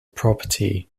property